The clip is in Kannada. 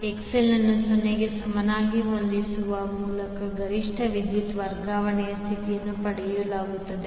XL ಅನ್ನು 0 ಗೆ ಸಮನಾಗಿ ಹೊಂದಿಸುವ ಮೂಲಕ ಗರಿಷ್ಠ ವಿದ್ಯುತ್ ವರ್ಗಾವಣೆಯ ಸ್ಥಿತಿಯನ್ನು ಪಡೆಯಲಾಗುತ್ತದೆ